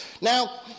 Now